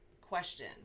question